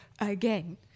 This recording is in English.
again